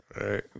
Right